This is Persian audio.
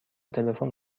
تلفن